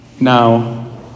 now